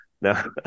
No